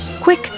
Quick